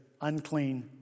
unclean